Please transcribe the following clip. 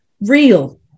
real